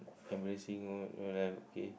embarrassing moment don't have okay